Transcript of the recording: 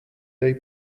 day